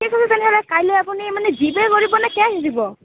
ঠিক আছে তেনেহ'লে কাইলৈ আপুনি জি পে' কৰিব নে কেচ দিব